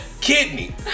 kidney